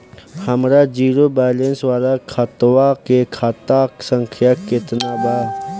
हमार zero balance वाला खतवा के खाता संख्या केतना बा?